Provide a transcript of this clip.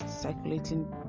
circulating